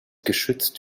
geschützt